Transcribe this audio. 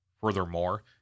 furthermore